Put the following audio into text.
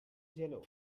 jello